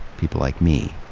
people like me.